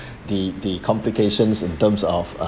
the the complications in terms of uh